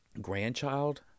Grandchild